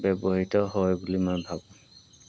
ব্যৱহৃত হয় বুলি মই ভাবোঁ